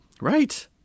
Right